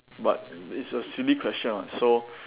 but it's a silly question [what] so